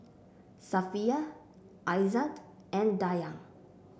Safiya Aizat and Dayang